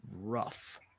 rough